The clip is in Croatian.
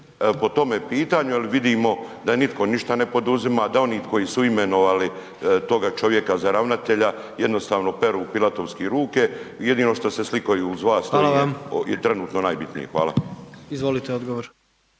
po tome pitanju jer vidimo da nitko ništa ne poduzima, da oni koji su imenovali toga čovjeka za ravnatelja jednostavno peru pilatovski ruke, jedino što se slikaju uz vas .../Upadica predsjednik: Hvala./... to